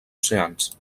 oceans